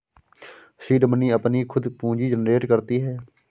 seed money अपनी खुद पूंजी जनरेट करती है